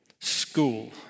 School